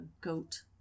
goat